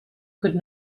could